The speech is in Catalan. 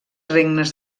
regnes